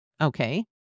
Okay